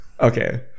Okay